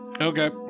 Okay